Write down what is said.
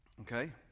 Okay